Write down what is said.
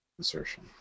Assertion